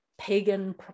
pagan